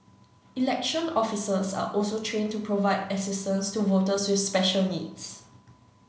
election officers are also trained to provide assistance to voters with special needs